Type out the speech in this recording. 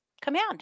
command